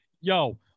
yo